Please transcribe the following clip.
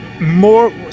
more